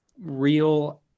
real